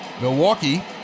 Milwaukee